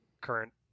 current